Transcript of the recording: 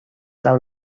del